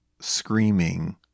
screaming